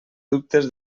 dubtes